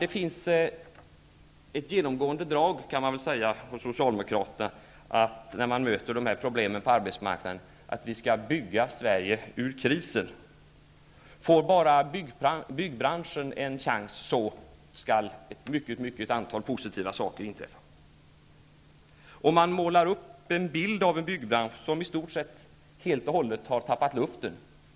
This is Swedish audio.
Det finns ett genomgående drag hos socialdemokraterna när de möter de här problemen på arbetsmarknaden att säga, att ''vi skall bygga Sverige ur krisen'' -- får bara byggbranschen en chans skall ett stort antal positiva saker inträffa. De målar upp en bild av en byggbransch som i stort sett helt och hållet har tappat luften.